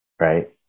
Right